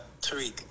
Tariq